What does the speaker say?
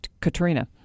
Katrina